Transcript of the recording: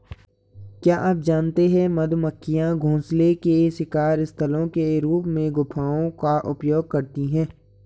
क्या आप जानते है मधुमक्खियां घोंसले के शिकार स्थलों के रूप में गुफाओं का उपयोग करती है?